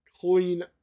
clean